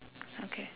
okay